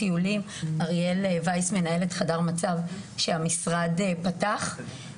אריאל וייס מנהל את חדר מצב שהמשרד פתח.